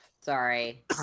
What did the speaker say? Sorry